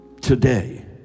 today